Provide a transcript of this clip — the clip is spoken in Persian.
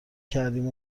کردیم